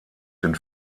den